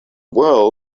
world